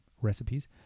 recipes